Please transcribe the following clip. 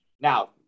Now